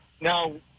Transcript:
Now